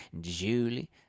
julie